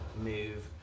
move